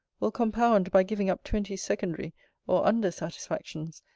will compound by giving up twenty secondary or under-satisfactions,